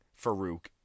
Farouk